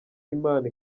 imana